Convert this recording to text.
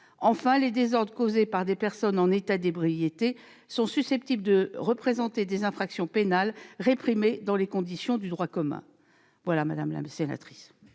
Enfin, les désordres causés par des personnes en état d'ébriété sont susceptibles de représenter des infractions pénales, réprimées dans les conditions du droit commun. La parole